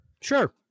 Sure